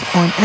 on